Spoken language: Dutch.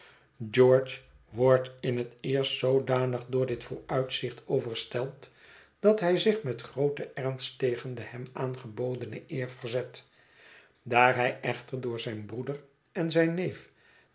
george wordt in het eerst zoodanig door dit vooruitzicht overstelpt dat hij zich met grooten ernst tegen de hem aangebodene eer verzet daar hij echter door zijn broeder en zijn neef